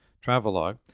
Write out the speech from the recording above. travelogue